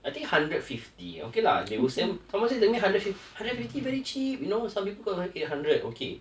I think hundred fifty okay lah they were same they make hundred fif~ hundred fifty very cheap you know some people got even eight hundred okay